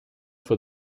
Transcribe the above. for